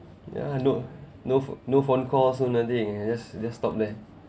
ya no no no phone calls no nothing you just stop there